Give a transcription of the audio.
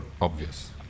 obvious